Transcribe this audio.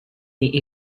the